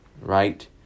right